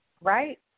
right